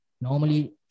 Normally